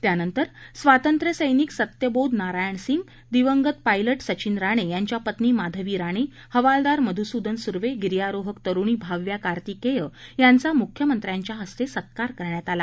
त्यानंतर स्वातंत्र्य सैनिक सत्यबोध नारायण सिंग दिवंगत पायलट सचिन राणे यांच्या पत्नी माधवी राणे हवालदार मध्यसुदन सुर्वे गिर्यारोहक तरूणी भाव्या कार्तिकेय यांचा मुख्यमंत्र्यांच्या हस्ते सत्कार करण्यात आला